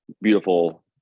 beautiful